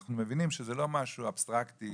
אנחנו מבינים שזה לא משהו אבסטרקטי,